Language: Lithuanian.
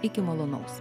iki malonaus